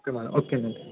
okay madam ఓకేనండి